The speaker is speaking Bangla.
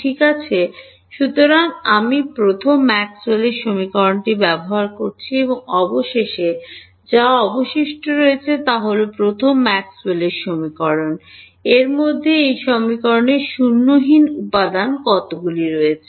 ঠিক আছে সুতরাং আমি প্রথম ম্যাক্সওয়েলের সমীকরণটি ব্যবহার করেছি এবং অবশেষে যা অবশিষ্ট রয়েছে তা হল প্রথম ম্যাক্সওয়েলের সমীকরণ এর মধ্যে এই সমীকরণের শূন্যহীন কতগুলি উপাদান রয়েছে